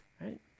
right